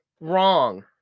wrong